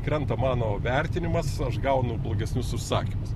krenta mano vertinimas aš gaunu blogesnius užsakymus